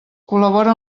col·labora